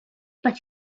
but